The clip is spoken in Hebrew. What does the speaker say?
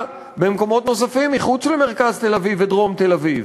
במקומות נוספים מחוץ למרכז תל-אביב ודרום תל-אביב.